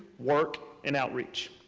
work, and outreach.